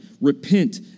repent